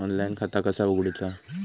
Online खाता कसा उगडूचा?